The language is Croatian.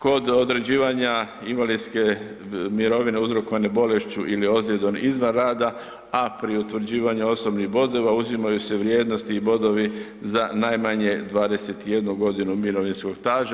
Kod određivanja invalidske mirovine uzrokovane bolešću ili ozljedom izvan rada, a pri utvrđivanju osobnih bodova, uzimaju se vrijednosni i bodovi za najmanje 21 godinu mirovinskog staža.